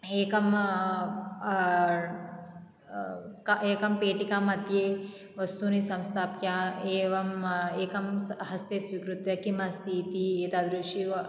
एकं एकं पेटिकामध्ये वस्तूनि संस्थाप्य एवम् एकं हस्ते स्वीकृत्य किम् अस्ति इति एतादृशी